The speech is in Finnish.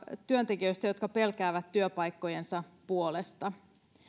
työntekijöistä jotka pelkäävät työpaikkojensa puolesta